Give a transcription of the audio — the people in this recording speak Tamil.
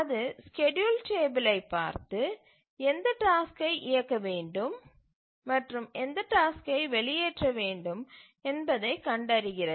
அது ஸ்கேட்யூல் டேபிளை பார்த்து எந்த டாஸ்க்கை இயக்க வேண்டும் மற்றும் எந்த டாஸ்க்கை வெளியேற்ற வேண்டும் என்பதைக் கண்டறிகிறது